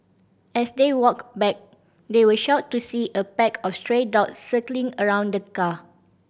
as they walked back they were shocked to see a pack of stray dogs circling around the car